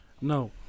No